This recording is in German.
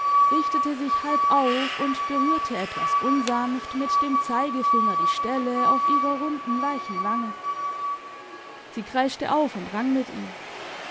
richtete sich halb auf und berührte etwas unsanft mit dem zeigefinger die stelle auf ihrer runden weichen wange sie kreischte auf und rang mit ihm